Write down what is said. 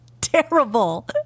terrible